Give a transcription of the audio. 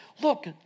look